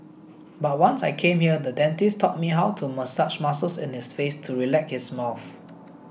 but once I came here the dentist taught me how to massage muscles in his face to relax his mouth